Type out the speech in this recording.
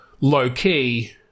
low-key